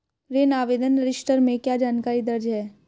ऋण आवेदन रजिस्टर में क्या जानकारी दर्ज है?